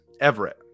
Everett